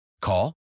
Call